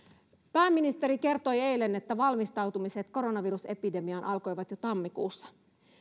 pääministeri kertoi eilen että valmistautumiset koronavirusepidemiaan alkoivat jo tammikuussa